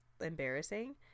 embarrassing